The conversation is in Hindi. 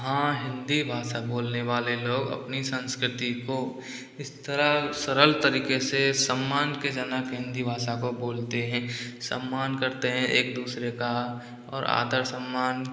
हाँ हिन्दी भाषा बोलने वाले लोग अपनी संस्कृति को इस तरह सरल तरीके से सम्मान के जनक हिन्दी भाषा को बोलते हैं सम्मान करते हैं एक दूसरे का और आदर सम्मान